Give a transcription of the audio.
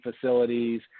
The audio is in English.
facilities